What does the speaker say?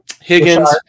Higgins